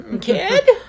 kid